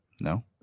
No